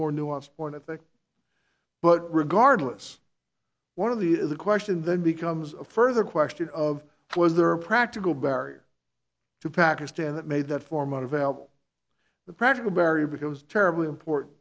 more nuanced point effect but regardless one of the is the question then becomes a further question of was there a practical barrier to pakistan that made that form unavailable the practical barrier because terribly important